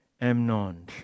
Amnon